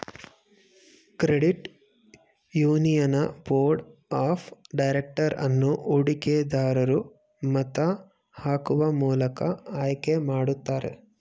credit union board of director ಅನ್ನು ಹೂಡಿಕೆ ದರೂರು ಮತ ಹಾಕುವ ಮೂಲಕ ಆಯ್ಕೆ ಮಾಡುತ್ತಾರೆ